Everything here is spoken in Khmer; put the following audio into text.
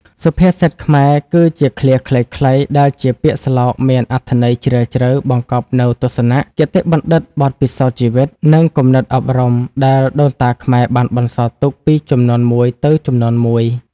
សុភាសិតខ្មែរ គឺជាឃ្លាខ្លីៗដែលជាពាក្យស្លោកមានអត្ថន័យជ្រាលជ្រៅ បង្កប់នូវទស្សនៈ គតិបណ្ឌិត បទពិសោធន៍ជីវិត និងគំនិតអប់រំ ដែលដូនតាខ្មែរបានបន្សល់ទុកពីជំនាន់មួយទៅជំនាន់មួយ។